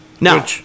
Now